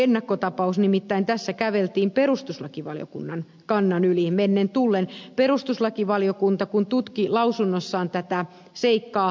nimittäin tässä käveltiin perustuslakivaliokunnan kannan yli mennen tullen perustuslakivaliokunta kun tutki lausunnossaan tätä seikkaa